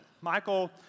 Michael